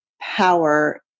power